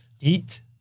eat